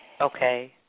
Okay